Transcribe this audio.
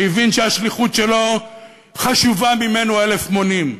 שהבין שהשליחות שלו חשובה ממנו אלף מונים.